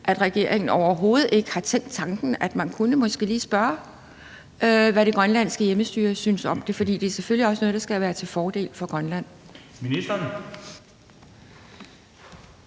stykke tid, overhovedet ikke har tænkt tanken, at man måske lige kunne spørge, hvad det grønlandske hjemmestyre synes om det. For det er selvfølgelig også noget, der skal være til fordel for Grønland. Kl.